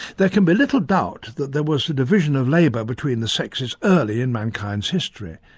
there can be little doubt that there was a division of labour between the sexes early in mankind's history.